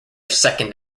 second